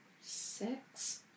six